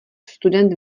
student